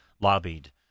lobbied